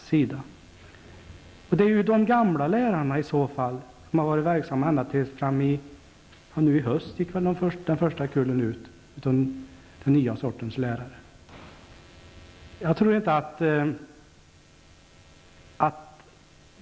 Detta gäller ju i så fall de gamla lärarna, de som har varit verksamma ända fram till i höst, när väl den första kullen av den nya sortens lärare gick ut.